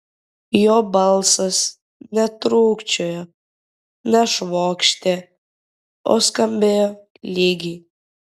jo balsas netrūkčiojo nešvokštė o skambėjo lygiai